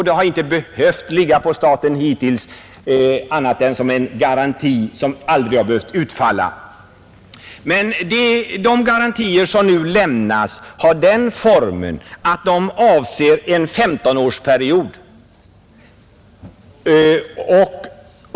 De har inte heller behövt ligga på staten hittills annat än som en garanti som aldrig behövt utfallaa Men de garantier som nu lämnas avser en 15-årsperiod.